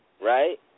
right